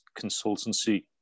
consultancy